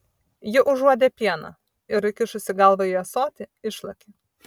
ji užuodė pieną ir įkišusi galvą į ąsotį išlakė